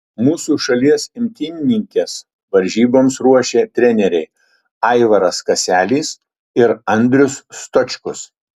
mūsų šalies imtynininkes varžyboms ruošė treneriai aivaras kaselis ir andrius stočkus